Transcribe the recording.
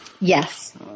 Yes